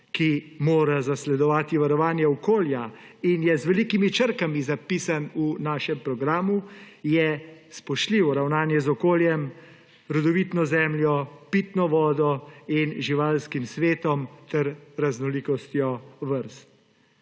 ki mora zasledovati varovanje okolja in je z velikimi črkami zapisan v našem programu, je spoštljivo ravnanje z okoljem, rodovitno zemljo, pitno vodo in živalskim svetom ter raznolikostjo vrst.